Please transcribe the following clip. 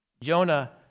Jonah